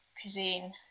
cuisine